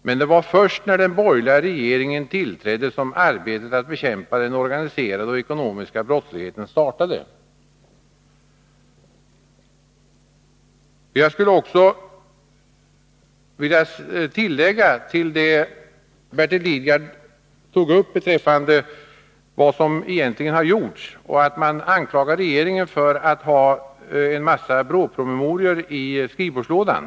Det var först när den borgerliga regeringen tillträdde som arbetet att bekämpa den organiserade och ekonomiska brottsligheten startade. Jag skulle vilja tillägga något utöver det Bertil Lidgard nämnde om vad som egentligen har gjorts och om att man anklagar regeringen för att ha en massa BRÅ-promemorior i skrivbordslådan.